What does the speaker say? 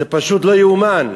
זה פשוט לא יאומן.